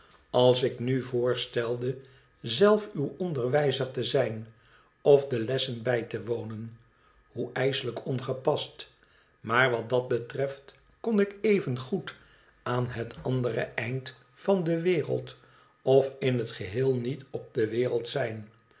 als ik nu voorstelde zelf uw onderwijzer te zijn of de lessen bij te wonen hoe ijselijk ongepast maar wat dat betreft kon ik even goed aan het andere eind van de wereld of in het geheel niet op de wereld zijn